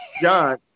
John